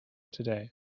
today